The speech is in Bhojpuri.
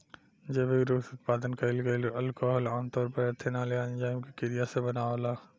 जैविक रूप से उत्पादन कईल गईल अल्कोहल आमतौर पर एथनॉल आ एन्जाइम के क्रिया से बनावल